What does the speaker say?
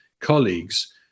colleagues